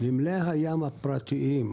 כיום נמלי הים הפרטיים,